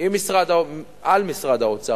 על משרד האוצר,